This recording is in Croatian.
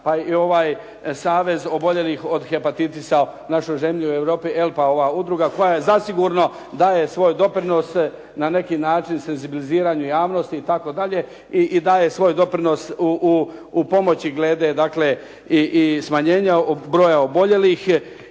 pa i ovaj savez oboljelih od hepatitisa … /Govornik se ne razumije./… udruga koja zasigurno daje svoj doprinos na neki način senzibiliziranju javnosti itd. i daje svoj doprinos u pomoći glede i smanjenja broja oboljelih